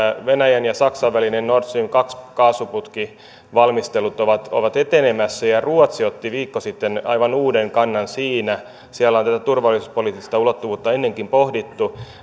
venäjän ja saksan väliset nord stream kaksi kaasuputkivalmistelut ovat ovat etenemässä ja ruotsi otti viikko sitten aivan uuden kannan siinä siellä on tätä turvallisuuspoliittista ulottuvuutta ennenkin pohdittu